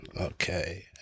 Okay